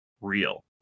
real